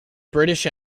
british